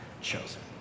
chosen